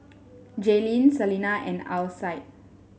Jaelynn Selina and Alcide